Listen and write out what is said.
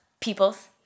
Peoples